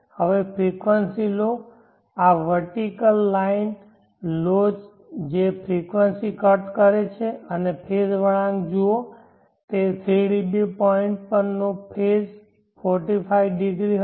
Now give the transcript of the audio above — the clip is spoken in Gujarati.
હવે ફ્રેકવંસી લો આ વર્ટિકલ લાઈન લો જે ફ્રેકવંસી કટ કરે છે અને ફેઝ વળાંક જુઓ તે 3 dB પોઇન્ટ પરનો ફેઝ 45 ° હશે